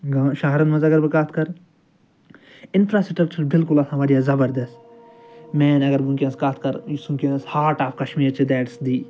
گا شہرَن منٛز اَگر بہٕ کَتھ کَرٕ اِنفرٛاسِٹرَکچر بلکل آسان واریاہ زبردَس مین اَگر بہٕ وُنٛکیٚس کَتھ کَرٕ یُس وُنٛکیٚس heart of Kashmir that is the the